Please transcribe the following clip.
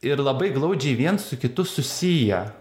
ir labai glaudžiai viens su kitu susiję